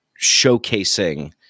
showcasing